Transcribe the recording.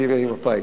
לימי מפא"י.